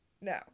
No